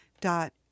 dot